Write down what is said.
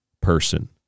person